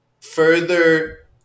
further